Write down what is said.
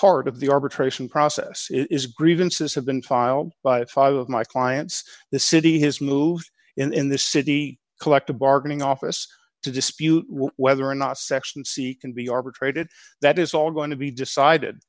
part of the arbitration process it is grievances have been filed by five of my clients the city has moved in the city collective bargaining office to dispute whether or not section c can be arbitrated that is all going to be decided